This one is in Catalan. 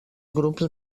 grups